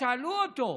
שאלו אותו: